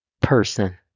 person